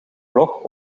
blog